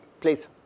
Please